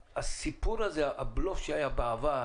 הסיפור הזה, הבלוף שהיה בעבר